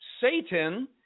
Satan